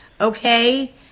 okay